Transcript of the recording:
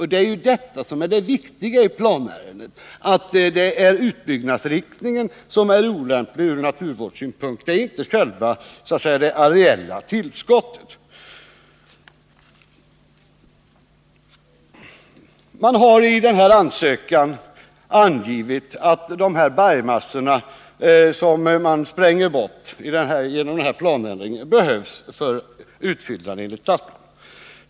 Och det är ju detta som är det viktiga i planärendet, att det är utbyggnadsriktningen — inte det reella tillskottet — som är olämplig från naturvårdssynpunkt. I ansökan har angivits att de bergmassor som sprängs bort genom denna planändring behövs för utfyllnad enligt stadsplanen.